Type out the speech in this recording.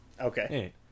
Okay